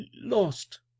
lost